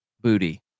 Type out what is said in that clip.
Booty